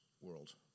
world